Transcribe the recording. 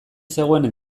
zegoen